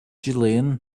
jillian